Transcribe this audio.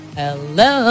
hello